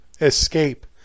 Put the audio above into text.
escape